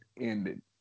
ended